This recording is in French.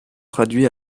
traduits